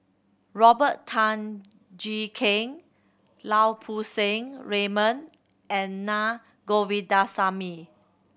Robert Tan Jee Keng Lau Poo Seng Raymond and Naa Govindasamy